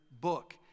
book